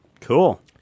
Cool